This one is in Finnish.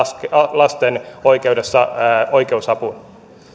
lasten oikeutta oikeusapuun